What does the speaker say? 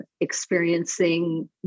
experiencing